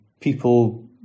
people